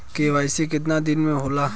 KYC कितना दिन में होले?